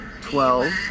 twelve